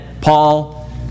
Paul